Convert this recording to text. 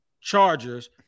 Chargers